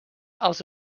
als